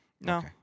No